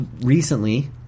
recently